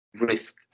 risk